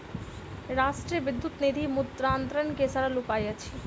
राष्ट्रीय विद्युत निधि मुद्रान्तरण के सरल उपाय अछि